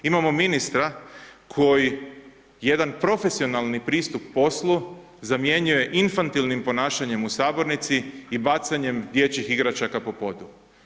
Imamo ministra koji jedan profesionalni pristup poslu zamjenjuje infantilnim ponašanjem u sabornici i bacanjem dječjih igračaka po podu.